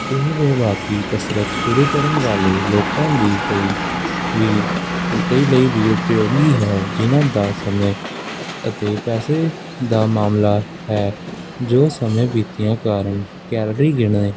ਇਹ ਬੇਬਾਕੀ ਕਸਰਤ ਸ਼ੁਰੂ ਕਰਨ ਵਾਲੇ ਲੋਕਾਂ ਦੀ ਕਈ ਵੀ ਕਈਆਂ ਲਈ ਵੀ ਉਪਯੋਗੀ ਹੈ ਜਿਹਨਾਂ ਦਾ ਸਮੇਂ ਅਤੇ ਪੈਸੇ ਦਾ ਮਾਮਲਾ ਹੈ ਜੋ ਸਮੇਂ ਬੀਤਣ ਕਾਰਨ ਕੈਲਰੀ ਗਿਣੇ